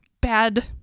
bad